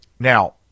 Now